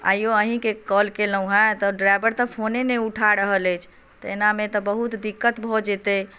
आइयो अहीॅंके कॉल केलहुॅं हैं तऽ ड्राइवर तऽ फोने नहि उठा रहल अछि तऽ एना मे तऽ बहुत दिक्कत भऽ जेतै